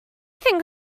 think